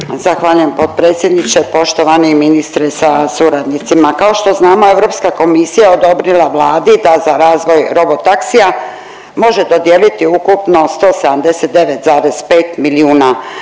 Zahvaljujem potpredsjedniče. Poštovani ministre sa suradnicima, kao što znamo Europska komisija je odobrila Vladi da za razvoj robo taksija može dodijeliti ukupno 179,5 milijuna